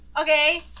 okay